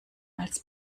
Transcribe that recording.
als